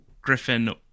Griffin